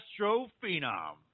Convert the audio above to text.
astrophenom